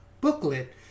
booklet